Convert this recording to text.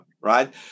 right